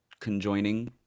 conjoining